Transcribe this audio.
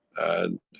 and,